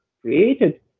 created